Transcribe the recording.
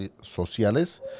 sociales